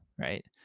right